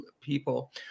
people